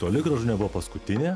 toli gražu nebuvo paskutinė